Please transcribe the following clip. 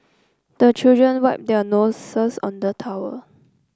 the children wipe their noses on the towel